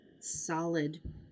solid